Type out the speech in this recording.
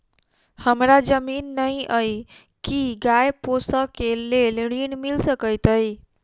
हमरा जमीन नै अई की गाय पोसअ केँ लेल ऋण मिल सकैत अई?